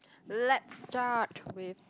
let's start with